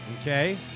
okay